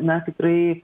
na tikrai